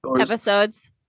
episodes